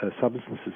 substances